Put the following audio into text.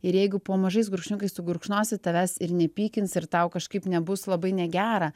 ir jeigu po mažais gurkšniukais tu gurkšnosi tavęs ir nepykins ir tau kažkaip nebus labai negera